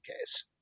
case